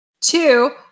Two